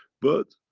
but,